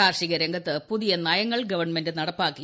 കാർഷിക രംഗത്ത് പുതിയ നയങ്ങൾ ഗവൺമെന്റ് നടപ്പാക്കി